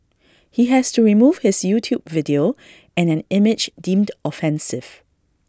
he has to remove his YouTube video and an image deemed offensive